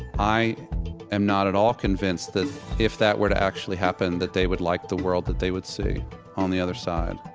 i am not at all convinced that if that were to actually happen that they would like the world that they would see on the other side.